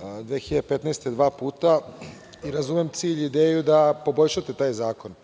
2015. godine dva puta i razumem cilj i ideju da poboljšate taj zakon.